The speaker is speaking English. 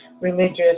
religious